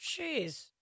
Jeez